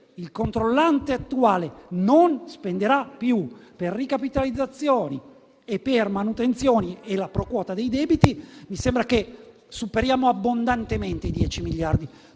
il controllante attuale non spenderà più per ricapitalizzazioni e per manutenzioni e i debiti pro quota, mi sembra che superiamo abbondantemente i 10 miliardi